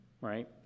right